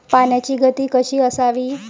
पाण्याची गती कशी असावी?